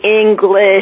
English